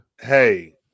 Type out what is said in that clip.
hey